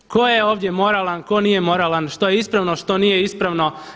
Tko je ovdje moralan, tko nije moralan, što je ispravno, što nije ispravno?